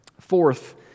Fourth